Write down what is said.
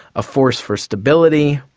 a force for stability,